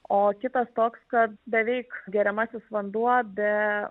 o kitas toks kad beveik geriamasis vanduo be